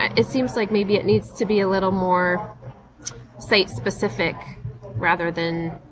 it seems like maybe it needs to be a little more site-specific rather than